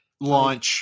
launch